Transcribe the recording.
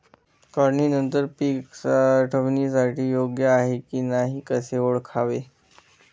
काढणी नंतर पीक साठवणीसाठी योग्य आहे की नाही कसे ओळखावे?